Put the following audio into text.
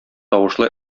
тавышлы